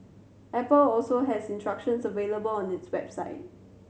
apple also has instructions available on its website